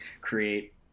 create